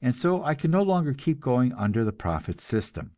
and so i can no longer keep going under the profit system